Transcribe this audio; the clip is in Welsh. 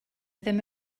ddim